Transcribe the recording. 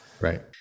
Right